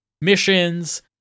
missions